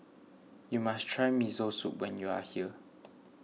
you must try Miso Soup when you are here